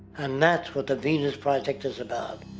and that's what the venus project is about.